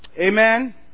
Amen